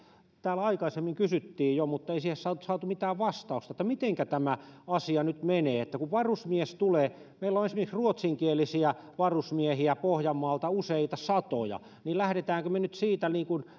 täällä aikaisemmin kysyttiin jo mutta ei siihen saatu mitään vastausta mitenkä tämä asia nyt menee että kun varusmies tulee meillä on esimerkiksi ruotsinkielisiä varusmiehiä pohjanmaalta useita satoja niin lähdemmekö me nyt siitä